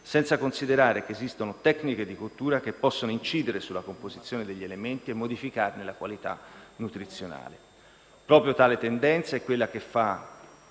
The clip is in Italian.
senza considerare che esistono tecniche di cottura che possono incidere sulla composizione degli elementi e modificarne la qualità nutrizionale. Proprio tale tendenza è quella che fa